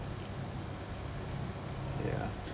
ya